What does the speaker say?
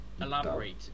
elaborate